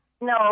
No